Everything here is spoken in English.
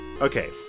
okay